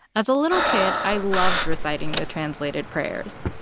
as a little kid, i loved reciting the translated prayers.